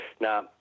now